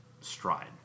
stride